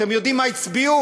אתם יודעים מה הצביעו?